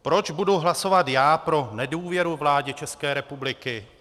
Proč budu hlasovat já pro nedůvěru vládě České republiky?